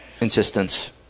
insistence